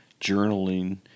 journaling